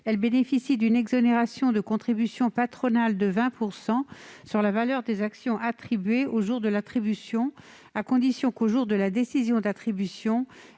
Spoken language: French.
elle bénéficie d'une exonération de contribution patronale de 20 % sur la valeur des actions attribuées au jour de l'attribution, à condition qu'au jour de la décision d'attribution,